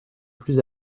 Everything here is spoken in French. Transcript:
plus